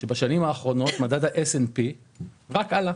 שבשנים האחרונות מדד ה-S&P רק עלה.